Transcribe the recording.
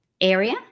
area